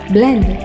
Blend